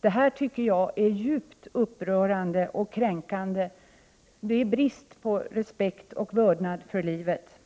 Det här tycker jag är djupt upprörande och kränkande. Det visar brist på respekt och vördnad för livet.